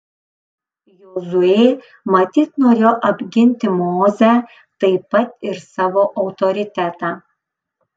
jozuė matyt norėjo apginti mozę taip pat ir savo autoritetą